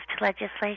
legislation